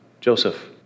Joseph